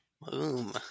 Boom